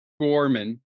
Gorman